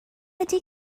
ydy